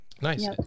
Nice